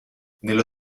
nello